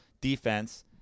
defense